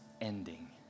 ending